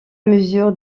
mesure